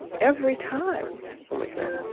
every time oh, my god